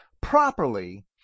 Properly